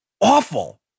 awful